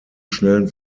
schnellen